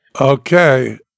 okay